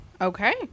Okay